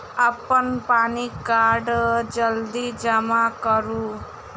अप्पन पानि कार्ड जल्दी जमा करू?